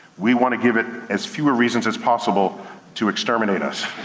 we wanna give it as fewer reasons as possible to exterminate us.